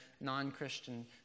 non-Christian